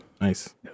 Nice